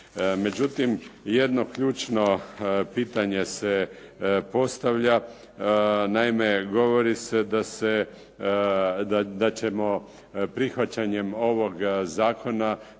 Međutim, jedno ključno pitanje se postavlja. Naime, govori se da ćemo prihvaćanjem ovoga zakona